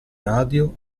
radio